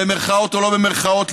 במירכאות או לא במירכאות,